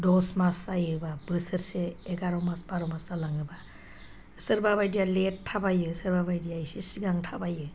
दस मास जायोब्ला बोसोरसे एगार' मास बार' मास जालाङोब्ला सोरबाबायदिया लेट थाबायो सोरबा बायदिया एसे सिगां थाबायो